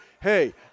hey